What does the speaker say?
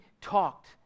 talked